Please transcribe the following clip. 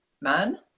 man